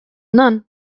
none